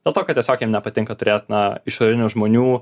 dėl to kad tiesiog jiem nepatinka turėt na išorinių žmonių